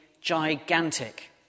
gigantic